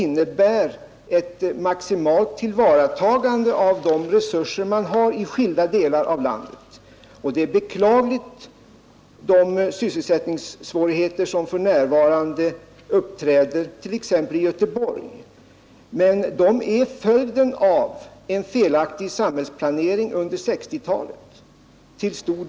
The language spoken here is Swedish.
Nr 114 Torsdagen den ratagande av de resurser som finns i skilda 9 november 1972 delar av landet. De sys: ttningssvårigheter man för närvarande har, ———— t.ex. i Göteborg, är beklagliga, men de är till en del följden av en felaktig Allmänpolitisk samhällsplanering under 1960-talet.